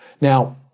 Now